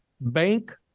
bank